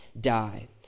die